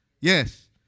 Yes